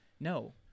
No